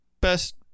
best